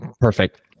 Perfect